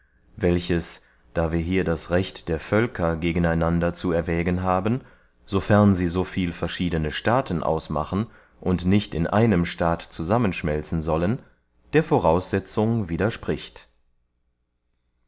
welches da wir hier das recht der völker gegen einander zu erwägen haben so fern sie so viel verschiedene staaten ausmachen und nicht in einem staat zusammenschmelzen sollen der voraussetzung widerspricht